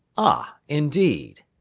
ah! indeed!